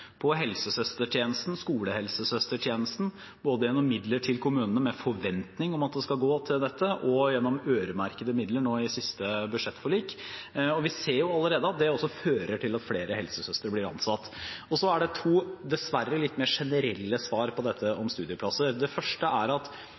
på helsesøstertjenesten og skolehelsesøstertjenesten, både gjennom midler til kommunene med forventning om at det skal gå til dette, og gjennom øremerkede midler nå i siste budsjettforlik. Vi ser allerede at det fører til at flere helsesøstre blir ansatt. Så er det to, dessverre, litt mer generelle svar på dette